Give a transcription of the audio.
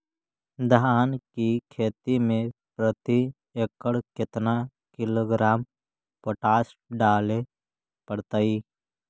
धान की खेती में प्रति एकड़ केतना किलोग्राम पोटास डाले पड़तई?